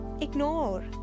ignore